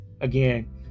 again